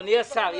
אדוני השר,